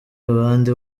abandi